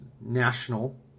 national